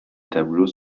tableaux